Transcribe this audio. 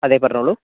അതെ പറഞ്ഞോളൂ